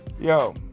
Yo